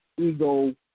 ego